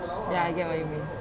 ya I get what you mean